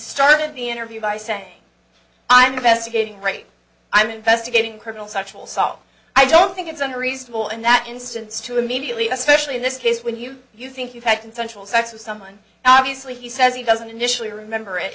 started the interview by say i'm investigating right i'm investigating criminal sexual assault i don't think it's unreasonable in that instance to immediately especially in this case when you you think you've had consensual sex with someone obviously he says he doesn't initially remember